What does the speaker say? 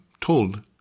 told